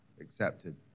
accepted